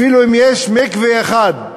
אפילו אם יש מקווה אחד,